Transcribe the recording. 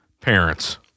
Parents